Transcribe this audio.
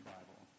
Bible